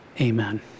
Amen